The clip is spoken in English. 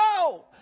No